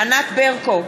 ענת ברקו,